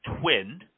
Twin